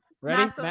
ready